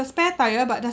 a spare tyre but the